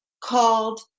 called